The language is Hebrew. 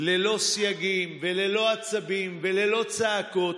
ללא סייגים וללא עצבים וללא צעקות.